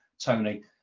Tony